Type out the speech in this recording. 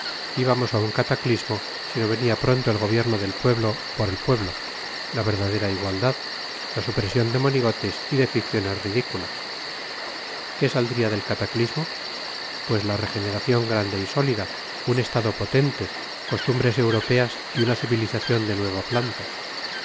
íbamos a un cataclismo si no venía pronto el gobierno del pueblo por el pueblo la verdadera igualdad la supresión de monigotes y de ficciones ridículas qué saldría del cataclismo pues la regeneración grande y sólida un estado potente costumbres europeas y una civilización de nueva planta